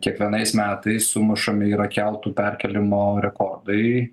kiekvienais metais sumušami yra keltų perkėlimo rekordai